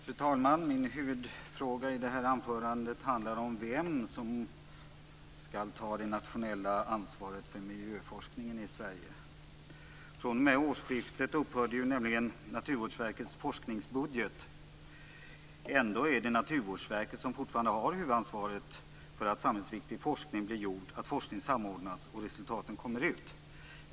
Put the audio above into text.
Fru talman! Min huvudfråga i det här anförandet handlar om vem som skall ta det nationella ansvaret för miljöforskningen i Sverige. Vid årsskiftet upphörde nämligen Naturvårdsverkets forskningsbudget. Ändå är det Naturvårdsverket som fortfarande har huvudansvaret för att samhällsviktig forskning blir gjord, att forskningen samordnas och resultaten kommer ut.